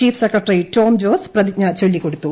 chief secretary Tom Jose പ്രതിജ്ഞ ചൊല്ലിക്കൊടുത്തു